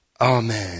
amen